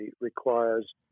requires